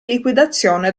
liquidazione